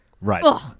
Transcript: right